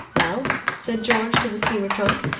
well, said george to the steamer-trunk,